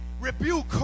Rebuke